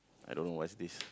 I don't know what's this